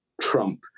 Trump